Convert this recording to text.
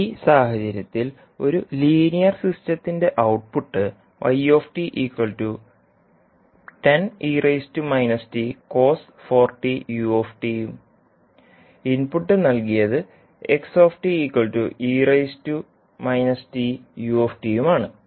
ഈ സാഹചര്യത്തിൽ ഒരു ലീനിയർ സിസ്റ്റത്തിന്റെ ഔട്ട്പുട്ട് യും ഇൻപുട്ട് നൽകിയത് ആണ്